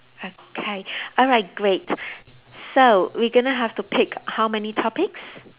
okay alright great so we gonna have to pick how many topics